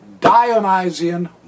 Dionysian